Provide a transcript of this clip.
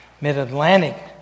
Mid-Atlantic